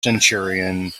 centurion